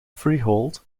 freehold